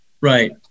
right